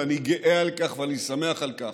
ואני גאה על כך ואני שמח על כך,